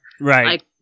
Right